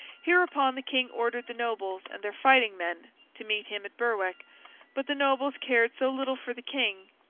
hereupon, the king ordered the nobles and their fighting-men to meet him at berwick but, the nobles cared so little for the king,